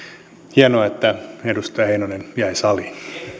hienoa että edustaja heinonen jäi saliin